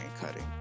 cutting